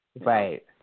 Right